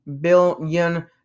billion